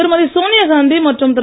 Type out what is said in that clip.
திருமதி சோனியா காந்தி மற்றும் திரு